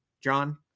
john